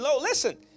listen